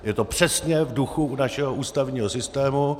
Je to přesně v duchu našeho ústavního systému.